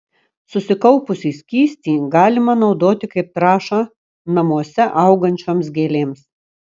susikaupusį skystį galima naudoti kaip trąšą namuose augančioms gėlėms